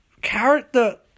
character